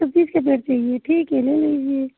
के पेड़ चाहिए ठीक है ले लीजिए